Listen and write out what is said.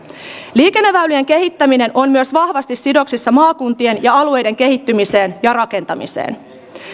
liikenneväylien kehittäminen on myös vahvasti sidoksissa maakuntien ja alueiden kehittymiseen ja rakentamiseen